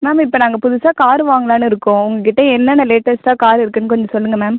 ma'am இப்போ நாங்கள் புதுசாக கார் வாங்கலாம்னு இருக்கோம் உங்ககிட்ட என்னென்ன லேட்டஸ்ட்டாக கார் இருக்குன்னு கொஞ்சம் சொல்லுங்கள் மேம்